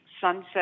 Sunset